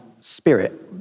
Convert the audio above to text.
spirit